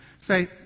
Say